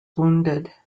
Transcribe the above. wounded